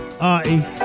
Artie